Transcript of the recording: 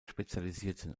spezialisierten